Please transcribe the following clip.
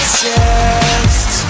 chest